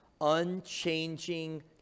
unchanging